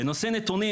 בנושא נתונים,